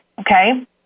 okay